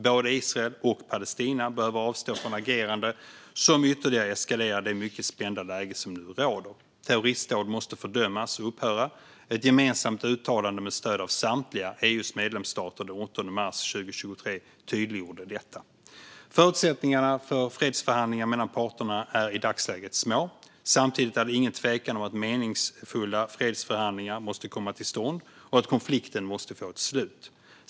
Både Israel och Palestina behöver avstå från agerande som ytterligare eskalerar det mycket spända läge som nu råder. Terroristdåd måste fördömas och upphöra. Ett gemensamt uttalande den 8 mars 2023, med stöd av samtliga EU:s medlemsstater, tydliggjorde detta. Förutsättningarna för fredsförhandlingar mellan parterna är i dagsläget små. Samtidigt är det ingen tvekan om att meningsfulla fredsförhandlingar måste komma till stånd och att konflikten måste få ett slut.